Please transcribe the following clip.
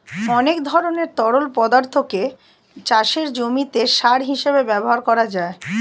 অনেক ধরনের তরল পদার্থকে চাষের জমিতে সার হিসেবে ব্যবহার করা যায়